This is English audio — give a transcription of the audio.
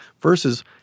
versus